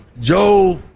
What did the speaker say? Joe